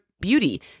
beauty